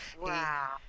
Wow